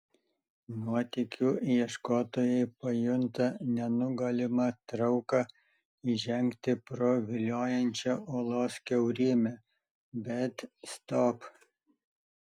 nuotykių ieškotojai pajunta nenugalimą trauką įžengti pro viliojančią olos kiaurymę bet stop